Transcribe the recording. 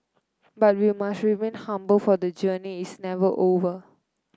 but we must remain humble for the journey is never over